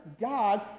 God